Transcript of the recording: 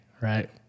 right